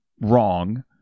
wrong